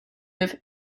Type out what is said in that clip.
with